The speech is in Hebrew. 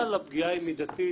אבל הפגיעה היא מידתית,